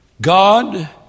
God